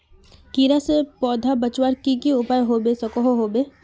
कीड़ा से पौधा बचवार की की उपाय होबे सकोहो होबे?